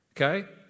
okay